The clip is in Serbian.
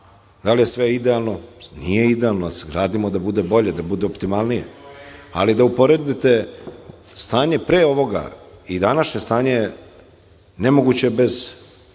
Da li je sve idealno? Nije idealno, ali gradimo da bude bolje, da bude optimalnije, ali da uporedite stanje pre ovoga i današnje stanje, Ovo što